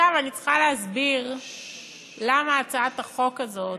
עכשיו אני צריכה להסביר למה הצעת החוק הזאת,